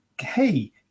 Hey